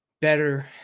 better